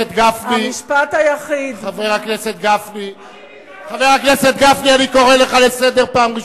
הממשלה הקודמת לא הביאה את זה אפילו לקריאה הראשונה.